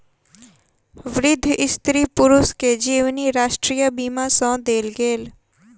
वृद्ध स्त्री पुरुष के जीवनी राष्ट्रीय बीमा सँ देल गेल